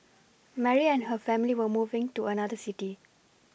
Mary and her family were moving to another city